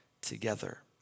together